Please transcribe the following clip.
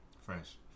Fresh